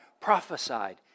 prophesied